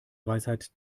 weisheit